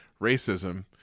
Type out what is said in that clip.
racism